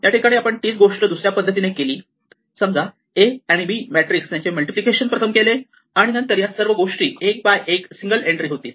या ठिकाणी आपण तीच गोष्ट दुसऱ्या पद्धतीने केली समजा A आणि B मॅट्रिक्स यांचे मल्टिप्लिकेशन प्रथम केले तर या सर्व गोष्टी 1 बाय 1 सिंगल एन्ट्री होतील